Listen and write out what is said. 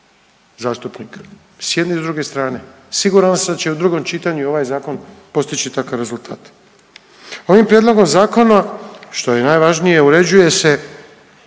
zastupnika i s jedne i s druge strane. Siguran sam da će u drugom čitanju ovaj zakon postići takav rezultat. Ovim prijedlogom zakona što je najvažnije uređuje se